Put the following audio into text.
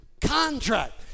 contract